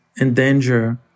endanger